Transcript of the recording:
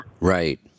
Right